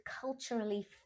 culturally